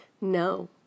No